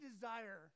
desire